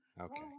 Okay